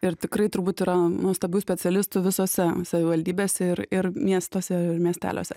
ir tikrai turbūt yra nuostabių specialistų visose savivaldybėse ir ir miestuose ir miesteliuose